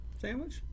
sandwich